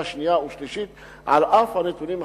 שנייה ושלישית אף-על-פי שהנתונים חסרים.